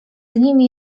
nimi